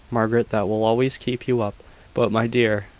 margaret, that will always keep you up but, my dear,